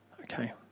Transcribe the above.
okay